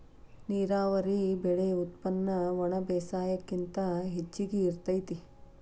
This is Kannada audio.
ನೇರಾವರಿ ಬೆಳೆ ಉತ್ಪನ್ನ ಒಣಬೇಸಾಯಕ್ಕಿಂತ ಹೆಚಗಿ ಇರತತಿ